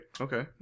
okay